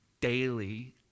daily